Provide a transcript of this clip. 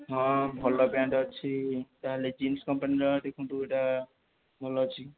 ହଁ ଭଲ ପ୍ୟାଣ୍ଟ୍ ଅଛି ତା'ହେଲେ ଜିନ୍ସ କମ୍ପାନୀର ଦେଖନ୍ତୁ ଏଇଟା ଭଲ ଅଛି